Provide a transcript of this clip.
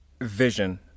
vision